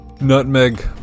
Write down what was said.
Nutmeg